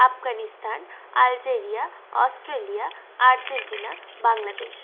Afghanistan Algeria Australia Argentina Bangladesh